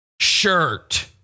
shirt